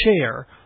chair